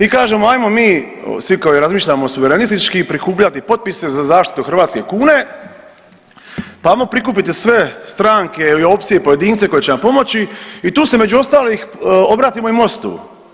I kažemo hajmo mi svi koji razmišljamo suverenistički prikupljati potpise za zaštitu hrvatske kune, pa hajmo prikupiti sve stranke ili opcije, pojedince koji će nam pomoći i tu se među ostalih obratimo i MOST-u.